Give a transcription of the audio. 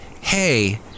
hey